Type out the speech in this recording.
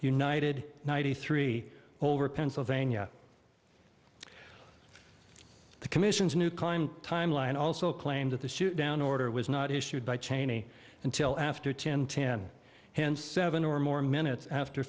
united ninety three over pennsylvania the commission's new clime timeline also claimed that the shoot down order was not issued by cheney until after ten ten ten seven or more minutes after